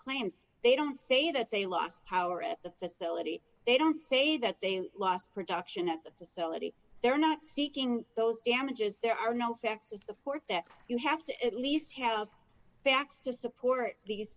claims they don't say that they lost power at the facility they don't say that they lost production at the facility they're not seeking those damages there are no facts to support that you have to at least have facts to support these